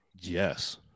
Yes